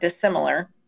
dissimilar